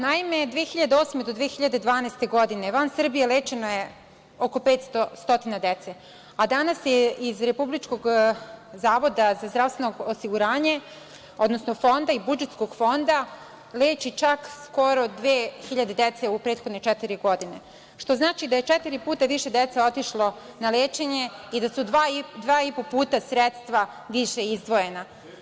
Naime, od 2008. do 2012. godine van Srbije lečeno je oko 500 dece, a danas se iz Republičkog zavoda za zdravstveno osiguranje, odnosno Fonda i iz budžetskog fonda leči čak skoro 2.000 dece u prethodne četiri godine, što znači da je čak četiri puta više dece otišlo na lečenje i da su dva i po puta sredstva više izdvojena.